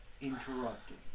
interrupting